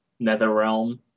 Netherrealm